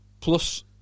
plus